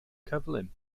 cyflym